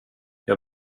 jag